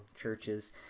churches